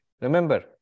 Remember